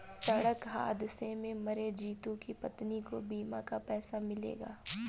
सड़क हादसे में मरे जितू की पत्नी को बीमा का पैसा मिलेगा